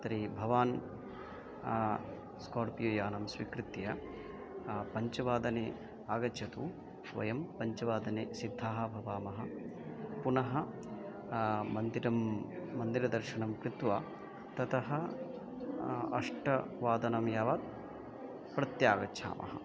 तर्हि भवान् स्कोर्पियो यानं स्वीकृत्य पञ्चवादने आगच्छतु वयं पञ्चवादने सिद्धाः भवामः पुनः मन्दिरं मन्दिरदर्शनं कृत्वा ततः अष्टवादनं यावत् प्रत्यागच्छामः